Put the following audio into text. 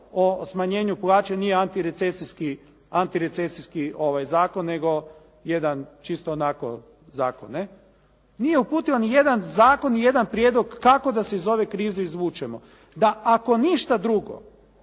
o smanjenju plaće nije anatirecesijski zakon nego jedan čisto onako zakon, ne. nije uputila nijedan zakon, nijedan prijedlog kako da se iz ove krize izvučemo. Da ako ništa drugo